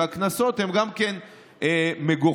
והקנסות גם כן מגוחכים.